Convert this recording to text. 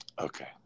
Okay